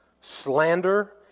slander